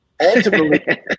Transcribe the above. ultimately